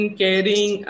caring